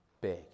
big